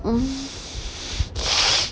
mm